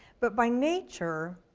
but by nature,